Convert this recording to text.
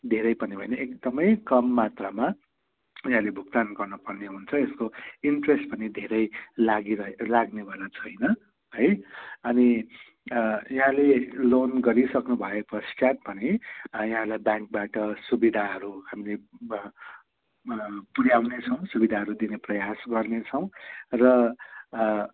धेरै पनि होइन एकदमै कम मात्रामा उनीहरूले भुक्तान गर्नुपर्ने हुन्छ यसको इन्ट्रेस्ट पनि धेरै लागिरहे लाग्नेवाला छैन है अनि यहाँले लोन गरिसक्नु भए पश्चात पनि यहाँलाई ब्याङ्कबाट सुविधाहरू हामीले पुऱ्याउने छौँ सुविधाहरू दिने प्रयास गर्नेछौँ र